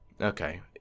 okay